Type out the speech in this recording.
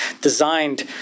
designed